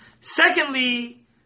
Secondly